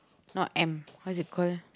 not M what's it call